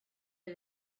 you